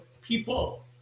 people